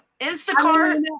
Instacart